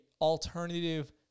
alternative